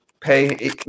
pay –